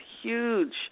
huge